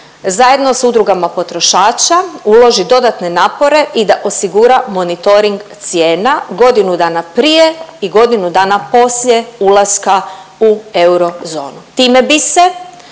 zajedno s udrugama potrošača uloži dodatne napore i da osigura monitoring cijena godinu dana prije i godinu dana poslije ulaska u eurozonu.